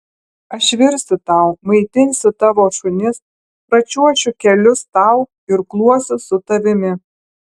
aš virsiu tau maitinsiu tavo šunis pračiuošiu kelius tau irkluosiu su tavimi